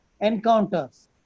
encounters